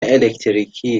الکتریکی